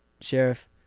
Sheriff